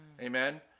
amen